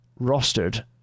rostered